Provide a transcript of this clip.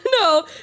no